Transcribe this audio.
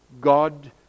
God